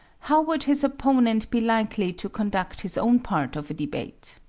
how would his opponent be likely to conduct his own part of a debate?